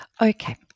Okay